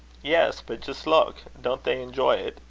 yes, but just look don't they enjoy it?